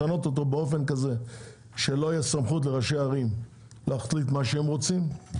לשנות אותו באופן כזה שלא תהיה סמכות לראשי ערים להחליט מה שהם רוצים,